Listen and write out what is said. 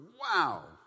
wow